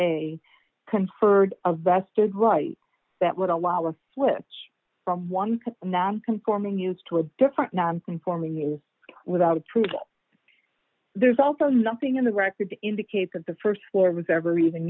a conferred a vested right that would allow a switch from one non conforming use to a different non conforming is without approval there's also nothing in the record to indicate that the st floor was ever even